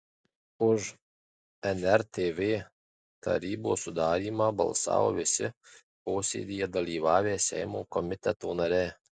už nrtv tarybos sudarymą balsavo visi posėdyje dalyvavę seimo komiteto nariai